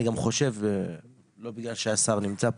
אני גם חושב, לא בגלל שהשר נמצא פה,